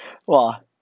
!wah!